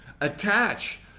Attach